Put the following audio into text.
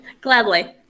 Gladly